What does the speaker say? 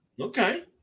Okay